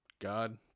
God